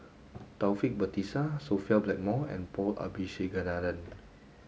Taufik Batisah Sophia Blackmore and Paul Abisheganaden